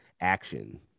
action